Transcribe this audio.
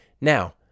Now